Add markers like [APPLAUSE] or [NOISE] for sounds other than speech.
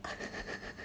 [LAUGHS]